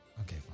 Okay